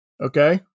Okay